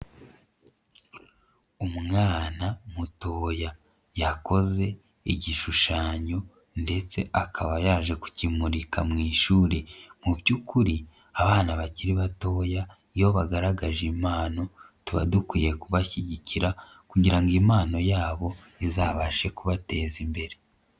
Umwana mutoya yakoze igishushanyo ndetse akaba yaje kukimurika mu ishuri, mu by'ukuri abana bakiri batoya iyo bagaragaje impano tuba dukwiye kubashyigikira kugira ngo impano yabo izabashe kubateza imbere.